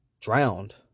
Drowned